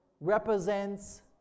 represents